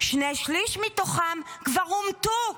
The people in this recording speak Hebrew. שני שלישים מתוכם כבר הומתו.